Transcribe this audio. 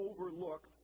overlook